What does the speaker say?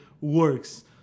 works